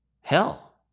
hell